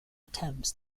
attempts